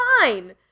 fine